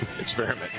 experiment